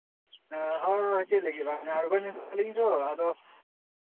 ᱦᱳᱭ ᱪᱮᱫ ᱞᱟᱹᱜᱤᱫ ᱵᱟᱝ ᱟᱬᱜᱚ ᱠᱮᱫᱟᱞᱤᱧ ᱛᱚ ᱟᱫᱚ